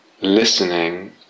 listening